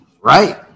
Right